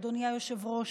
אדוני היושב-ראש,